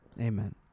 Amen